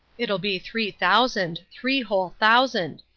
it'll be three thousand three whole thousand!